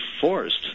forced